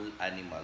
animal